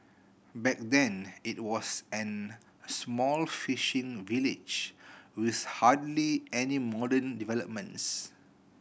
back then it was an small fishing village with hardly any modern developments